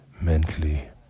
mentally